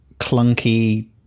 clunky